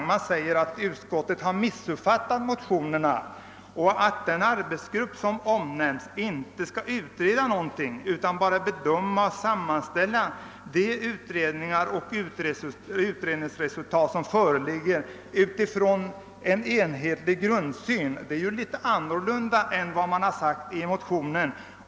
De gör gällande att utskottsmajoriteten har missuppfattat motionerna och att den arbetsgrupp som omnämnts inte skall utreda någonting utan bara bedöma och sammanställa de utredningsresultat som föreligger ut ifrån en enhetlig grundsyn. Det är någonting annat än vad man har sagt i motionerna.